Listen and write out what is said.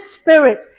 spirit